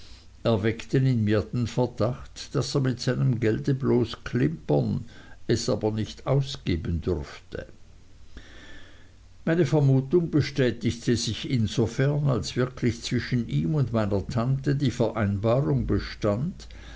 erweckten in mir den verdacht daß er mit seinem gelde bloß klimpern es aber nicht ausgeben dürfte meine vermutung bestätigte sich insofern als wirklich zwischen ihm und meiner tante die vereinbarung bestand